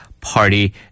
party